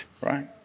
right